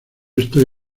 estoy